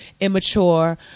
immature